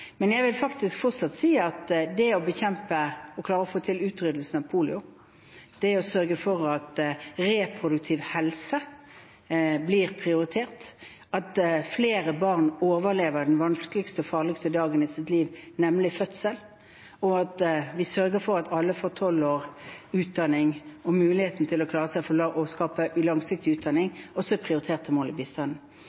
Men jeg vil faktisk fortsatt si at det å bekjempe og klare å få til utryddelse av polio, det å sørge for at reproduktiv helse blir prioritert, at flere barn overlever den vanskeligste og farligste dagen i sitt liv, nemlig fødsel, og at vi sørger for at alle får tolv års utdanning og muligheten til å klare seg selv – å skape langsiktig utdanning